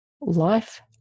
Life